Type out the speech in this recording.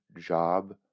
job